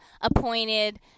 appointed